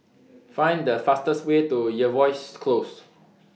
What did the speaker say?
Find The fastest Way to Jervois Close